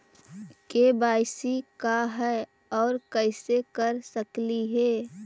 KYC का है, और कैसे कर सकली हे?